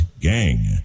Gang